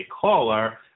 caller